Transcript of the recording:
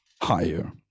higher